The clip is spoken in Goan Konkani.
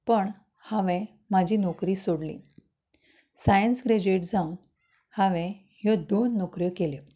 पण हांवे म्हाजी नोकरी सोडली सायन्स ग्रॅज्यूएट जावन हांवे ह्यो दोन नोकऱ्यो केल्यो